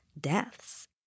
deaths